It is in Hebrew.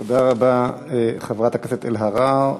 תודה רבה, חברת הכנסת אלהרר.